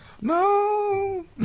No